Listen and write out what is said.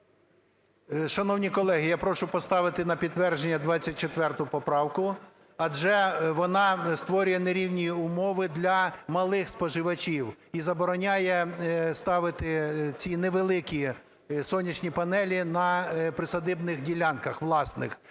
Шановні колеги, я прошу поставити на підтвердження 24 поправку, адже вона створює нерівні умови для малих споживачів і забороняє ставити ці невеликі сонячні панелі на присадибних ділянках власних.